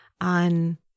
on